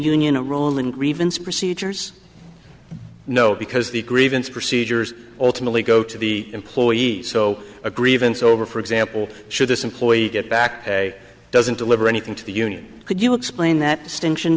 union a role in grievance procedures no because the grievance procedures ultimately go to the employees so a grievance over for example should this employee get back pay doesn't deliver anything to the union could you explain that distinction